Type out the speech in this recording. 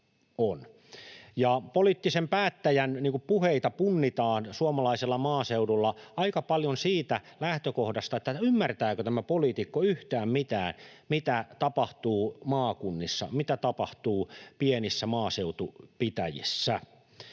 Poliittisen päättäjän puheita punnitaan suomalaisella maaseudulla aika paljon siitä lähtökohdasta, ymmärtääkö tämä poliitikko yhtään mitään, mitä tapahtuu maakunnissa, mitä tapahtuu pienissä maaseutupitäjissä.